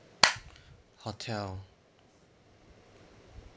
hotel